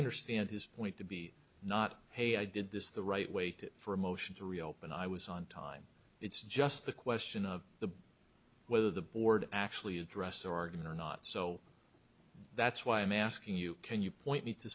understand his point to be not hey i did this the right way to for a motion to reopen i was on time it's just the question of the whether the board actually address oregon or not so that's why i'm asking you can you point